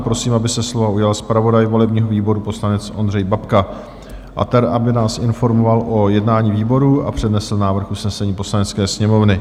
Prosím, aby se slova ujal zpravodaj volebního výboru, poslanec Ondřej Babka, a ten aby nás informoval o jednání výboru a přednesl návrh usnesení Poslanecké sněmovny.